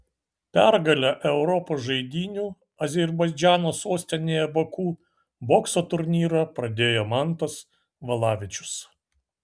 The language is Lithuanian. pergale europos žaidynių azerbaidžano sostinėje baku bokso turnyrą pradėjo mantas valavičius